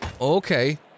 Okay